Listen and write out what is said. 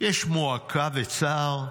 יש 'מועקה' ו'צער',